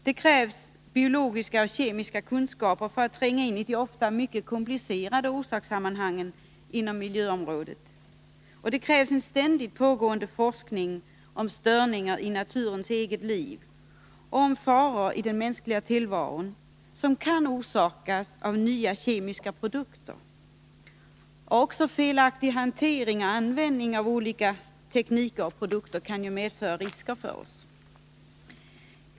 Det krävs biologiska och kemiska kunskaper för att tränga in i de ofta mycket komplicerade orsakssammanhangen inom miljöområdet. Det krävs en ständigt pågående forskning om störningar i naturens eget liv och om faror i den mänskliga tillvaron som kan orsakas av nya kemiska produkter. Också felaktig hantering och användning av olika tekniker och produkter kan medföra risker för oss.